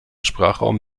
sprachraum